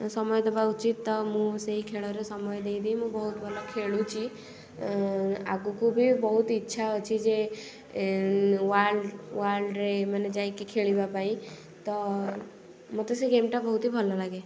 ସମୟ ଦେବା ଉଚିତ୍ ତ ମୁଁ ସେହି ଖେଳରେ ସମୟ ଦେଇ ଦେଇ ମୁଁ ବହୁତ ଭଲ ଖେଳୁଛି ଆଗକୁ ବି ବହୁତ ଇଚ୍ଛା ଅଛି ଯେ ୱାର୍ଲ୍ଡ ୱାର୍ଲ୍ଡରେ ମାନେ ଯାଇକି ଖେଳିବା ପାଇଁ ତ ମୋତେ ସେ ଗେମ୍ଟା ବହୁତ ହି ଭଲ ଲାଗେ